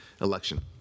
election